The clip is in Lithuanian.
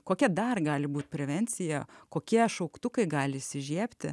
kokia dar gali būt prevencija kokie šauktukai gali įsižiebti